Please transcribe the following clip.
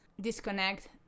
disconnect